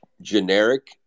generic